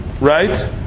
right